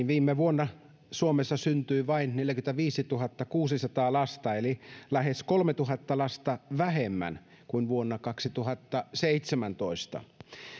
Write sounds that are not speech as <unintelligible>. <unintelligible> viime vuonna suomessa syntyi vain neljäkymmentäviisituhattakuusisataa lasta eli lähes kolmetuhatta lasta vähemmän kuin vuonna kaksituhattaseitsemäntoista